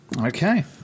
Okay